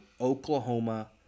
Oklahoma